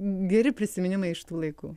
geri prisiminimai iš tų laikų